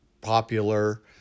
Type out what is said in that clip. popular